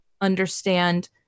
understand